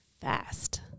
fast